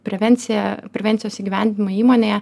prevenciją prevencijos įgyvendinimo įmonėje